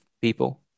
people